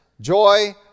joy